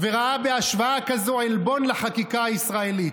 וראה בהשוואה כזו עלבון לחקיקה הישראלית.